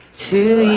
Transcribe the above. to